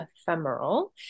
ephemeral